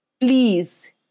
Please